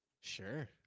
Sure